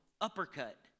uppercut